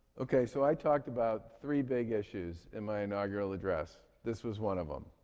okay, so i talked about three big issues in my inaugural address this was one of them.